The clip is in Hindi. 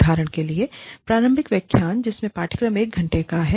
उदाहरण के लिए प्रारंभिक व्याख्यान इसमें कार्यक्रम एक घंटे का है